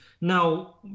Now